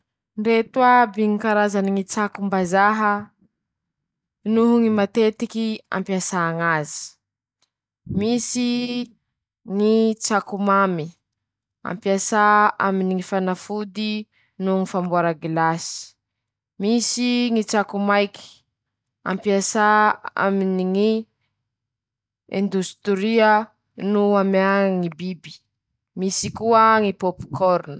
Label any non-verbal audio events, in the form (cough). Ndreto aby ñy karazany ñy tsakom-bazaha noho ñy matetiky ampiasà ñ'azy: -Misy (shushes) ñy tsako mamy. ampiasà aminy ñy fanafody noho ñy famboara gilasy. -Misy ñy tsako maiky, ampiasà aminy ñy indostoria no amea ñy biby. (shushes) -Misy koa ñy popcorna.